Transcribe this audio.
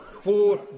four